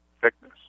thickness